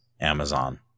Amazon